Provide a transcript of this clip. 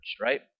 right